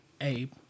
Abe